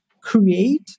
create